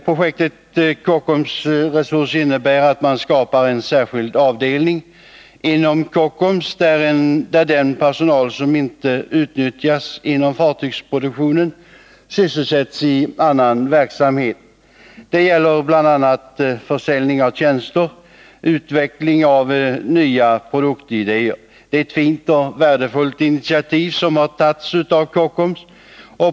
Projektet Kockum Resurs innebär att man skapar en särskild avdelning inom Kockums där den personal som inte utnyttjas inom fartygsproduktionen sysselsätts i annan verksamhet. Det gäller bl.a. försäljning av tjänster och utveckling av nya produktidéer. Det är ett fint och värdefullt initiativ som har tagits av Kockums.